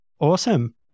Awesome